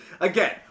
Again